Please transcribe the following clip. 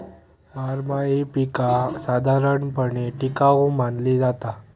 बारमाही पीका साधारणपणे टिकाऊ मानली जाता